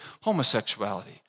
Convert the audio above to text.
homosexuality